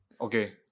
Okay